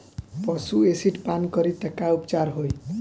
पशु एसिड पान करी त का उपचार होई?